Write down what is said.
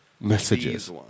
messages